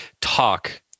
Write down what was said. talk